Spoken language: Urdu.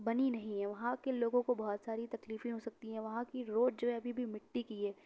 بنی نہیں ہے وہاں کے لوگوں کو بہت ساری تکلیفیں ہوسکتی ہیں وہاں کی روڈ جو ہے ابھی بھی مٹی کی ہے